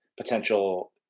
potential